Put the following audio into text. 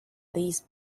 these